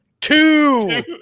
two